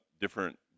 different